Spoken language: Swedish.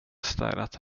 städat